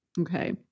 Okay